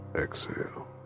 exhale